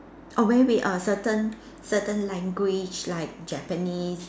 oh wait wait a certain certain language like Japanese